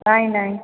ନାଇଁ ନାଇଁ